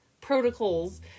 Protocols